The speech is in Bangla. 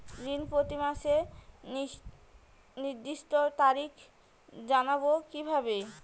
ঋণ প্রতিমাসের নির্দিষ্ট তারিখ জানবো কিভাবে?